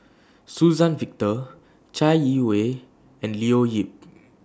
Suzann Victor Chai Yee Wei and Leo Yip